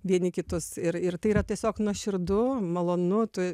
vieni kitus ir ir tai yra tiesiog nuoširdu malonu tu